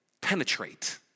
penetrate